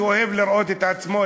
שאוהב לראות את עצמו,